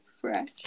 Fresh